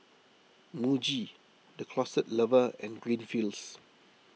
Muji the Closet Lover and green fields